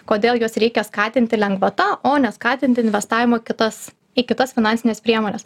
kodėl juos reikia skatinti lengvata o ne skatinti investavimą kitas į kitas finansines priemones